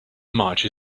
march